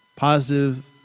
Positive